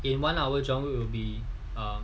in one hour john will be err